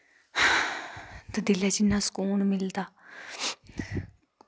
ते दिले च इन्ना सकून मिलदा